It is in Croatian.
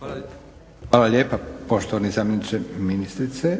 **Leko, Josip (SDP)** Hvala lijepa poštovani zamjeniče ministrice.